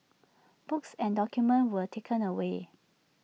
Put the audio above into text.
books and documents were taken away